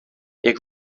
jak